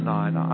Nine